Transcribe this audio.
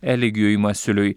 eligijui masiuliui